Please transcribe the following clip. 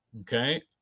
Okay